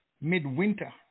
Midwinter